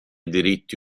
diritti